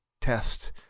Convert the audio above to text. test